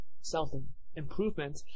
Self-improvement